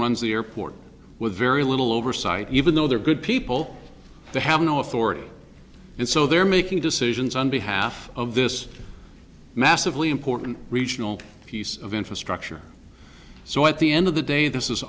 runs the airport with very little oversight even though they're good people they have no authority and so they're making decisions on behalf of this massively important regional piece of infrastructure so at the end of the day this is